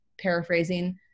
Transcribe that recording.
paraphrasing